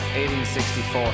1864